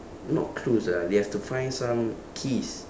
not clues ah they have to find some keys